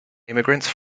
immigrants